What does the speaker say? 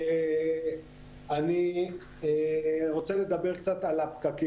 אני רוצה לדבר על הפקקים.